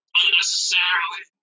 unnecessarily